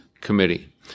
committee